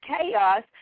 chaos